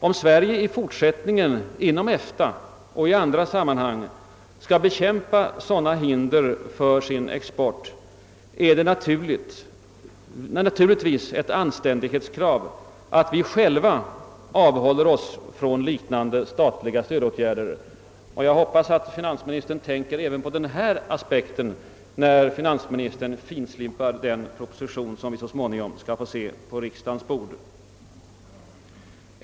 Om Sverige i fortsättningen inom EFTA och i andra sammanhang skall bekämpa sådana hinder för sin export är det naturligtvis ett anständighetskrav att vi själva avhåller oss från liknande statliga stödåtgärder. Jag hoppas att finansministern tänker även på den aspekten när finansministern finslipar den proposition vi så småningom skall få se på riksdagens bord.